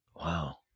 wow